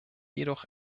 jedoch